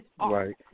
right